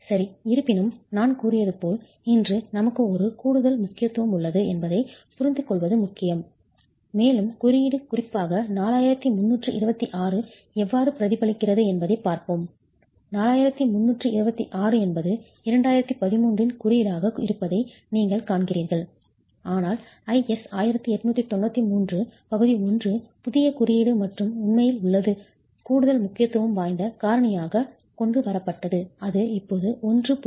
சரி இருப்பினும் நான் கூறியது போல் இன்று நமக்கு ஒரு கூடுதல் முக்கியத்துவம் உள்ளது என்பதைப் புரிந்துகொள்வது முக்கியம் மேலும் குறியீடு குறிப்பாக 4326 எவ்வாறு பிரதிபலிக்கிறது என்பதைப் பார்ப்போம் 4326 என்பது 2013 இன் குறியீடாக இருப்பதை நீங்கள் காண்கிறீர்கள் ஆனால் IS 1893 பகுதி 1 புதிய குறியீடு மற்றும் உண்மையில் உள்ளது கூடுதல் முக்கியத்துவம் வாய்ந்த காரணியாகக் கொண்டு வரப்பட்டது அது இப்போது 1